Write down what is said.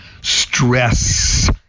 stress